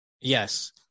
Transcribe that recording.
yes